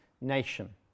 nation